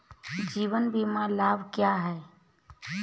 जीवन बीमा लाभ क्या हैं?